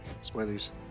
Spoilers